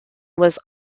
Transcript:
was